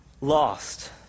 lost